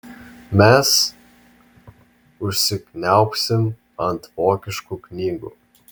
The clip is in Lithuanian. mes užsikniaubsim ant vokiškų knygų